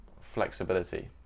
flexibility